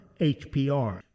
HPR